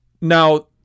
now